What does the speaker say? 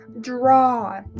Draw